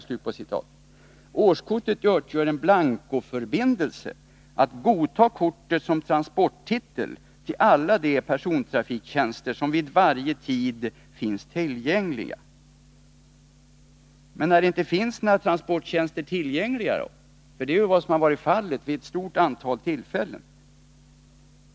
Årskortet utgör en blankoförbindelse att godta kortet som transporttitel till alla de persontrafiktjänster som vid varje tid finns tillgängliga.” Men hur är det, när det inte finns några trafiktjänster tillgängliga? Det har ju varit fallet vid ett stort antal tillfällen.